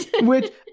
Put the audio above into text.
Which-